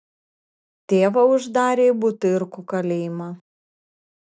tėvą uždarė į butyrkų kalėjimą